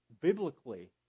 Biblically